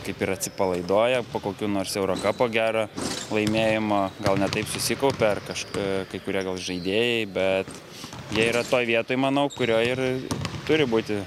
kaip ir atsipalaiduoja po kokio nors euro kapo gero laimėjimo gal ne taip susikaupia ar kaž kai kurie gal žaidėjai bet jie yra toj vietoj manau kurioj ir turi būti